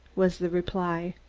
was the reply.